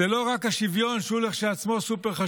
זה לא רק השוויון, שהוא כשלעצמו סופר-חשוב